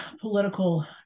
political